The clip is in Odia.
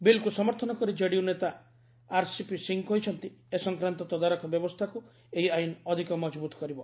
ବିଲ୍କୁ ସମର୍ଥନ କରି କେଡିୟୁ ନେତା ଆର୍ସିପି ସିଂ କହିଚ୍ଚନ୍ତି ଏ ସଂକ୍ରାନ୍ତ ତଦାରଖ ବ୍ୟବସ୍ଥାକୁ ଏାହି ଆଇନ ଅଧିକ ମଜବୁତ କରିବ